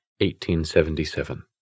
1877